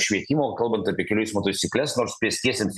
šveitimo kalbant apie kelių eismo taisykles nors pėstiesiems